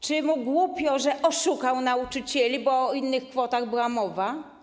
Czy mu głupio, że oszukał nauczycieli, bo o innych kwotach była mowa?